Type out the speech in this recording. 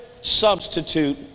substitute